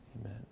Amen